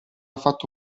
fatto